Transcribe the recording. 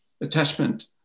attachment